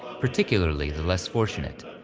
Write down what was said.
particularly the less fortunate,